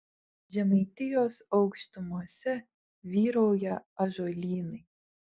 žemaitijos aukštumose vyrauja ąžuolynai